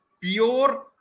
pure